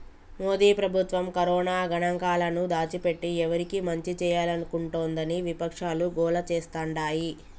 మోదీ ప్రభుత్వం కరోనా గణాంకాలను దాచిపెట్టి ఎవరికి మంచి చేయాలనుకుంటోందని విపక్షాలు గోల చేస్తాండాయి